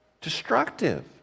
Destructive